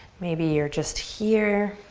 maybe you're just here.